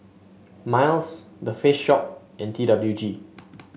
Miles The Face Shop and T W G